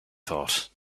thought